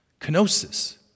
Kenosis